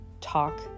talk